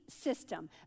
system